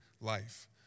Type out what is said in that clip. life